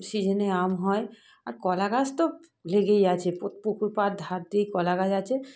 সিজিনে আম হয় আর কলা গাছ তো লেগেই আছে পু পুকুর পার ধার দিয়ে কলা গাছ আছে